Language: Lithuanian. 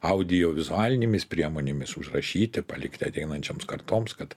audiovizualinėmis priemonėmis užrašyti palikti ateinančioms kartoms kad